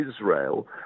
Israel